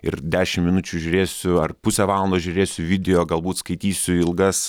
ir dešimt minučių žiūrėsiu ar pusę valandos žiūrėsiu video galbūt skaitysiu ilgas